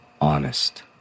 honest